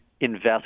invest